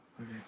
Okay